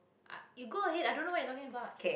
i you go ahead i don't know what you talking about